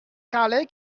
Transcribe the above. carhaix